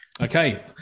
Okay